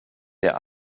der